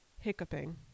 hiccuping